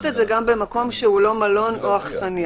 את זה גם במקום שהוא לא מלון או אכסניה.